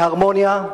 בהרמוניה.